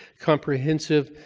comprehensive,